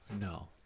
No